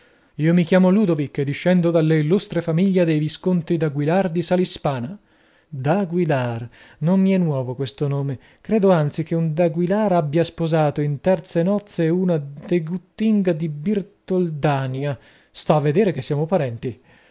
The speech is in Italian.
io mi chiamo ludovick e discendo dalla illustre famiglia dei visconti daguilar di salispana daguilar non mi è nuovo questo nome credo anzi che un daguilar abbia sposato in terze nozze una de guttinga di birtoldania sta a vedere che siamo parenti